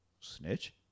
Snitch